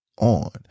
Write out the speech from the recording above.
on